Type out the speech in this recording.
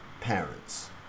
parents